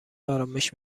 آرامش